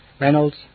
Reynolds